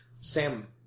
Sam